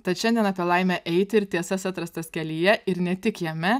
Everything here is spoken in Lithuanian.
tad šiandien apie laimę eiti ir tiesas atrastas kelyje ir ne tik jame